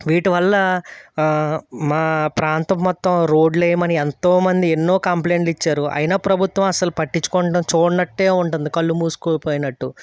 వీటి వల్ల మా ప్రాంతం మొత్తం రోడ్లేయమని ఎంతోమంది ఎన్నో కంప్లెయింట్లు ఇచ్చారు అయినా ప్రభుత్వం అసలు పట్టించుకోకుండా చూడనట్టే ఉంటుంది కళ్ళు మూసుకోపోయినట్టు